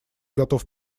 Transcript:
готов